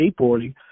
skateboarding